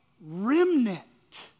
remnant